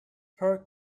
per